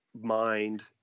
mind